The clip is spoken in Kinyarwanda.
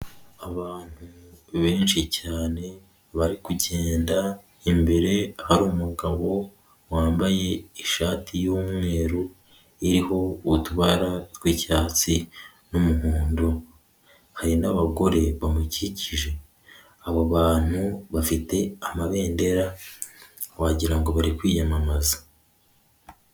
Abantu benshi cyane bari kugenda, imbere hari umugabo wambaye ishati y'umweru iriho udubara tw'icyatsi n'umuhondo hari n'abagore bamukikije, abo bantu bafite amabendera wagira ngo bari kwiyamamaza.